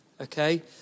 okay